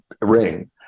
ring